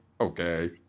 Okay